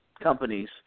companies